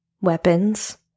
weapons